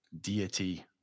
deity